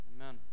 amen